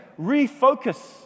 Refocus